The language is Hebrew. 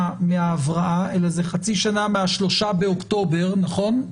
מההבראה אלא זה חצי שנה מ-3 באוקטובר נכון?